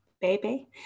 baby